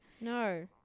No